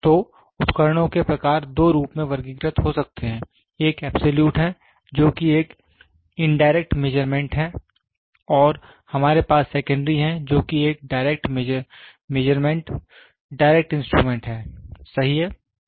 तो उपकरणों के प्रकार दो रूप में वर्गीकृत हो सकते हैं एक एबसॉल्यूट है जो कि एक इनडायरेक्ट मेजरमेंट है और हमारे पास सेकेंड्री है जो कि एक डायरेक्ट मेजरमेंट डायरेक्ट इंस्ट्रूमेंट है सही है